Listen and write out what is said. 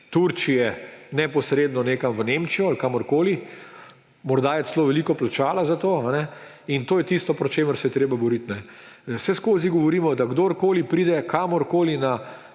Turčije neposredno nekam v Nemčijo ali kamorkoli, morda je celo veliko plačala za to. In to je tisto, proti čemur se je treba boriti. Vseskozi govorimo, da kdorkoli pride kamorkoli na